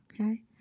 Okay